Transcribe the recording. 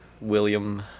william